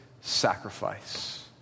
sacrifice